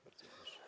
Bardzo proszę.